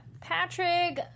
Patrick